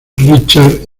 richard